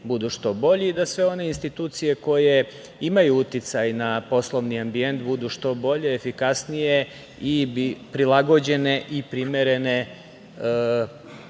budu što bolji, da sve one institucije koje imaju uticaj na poslovni ambijent budu što bolje, efikasnije i prilagođene i primerene